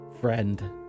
Friend